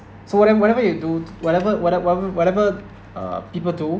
so whatever whatever you do whatever whatever whatever whatever uh people do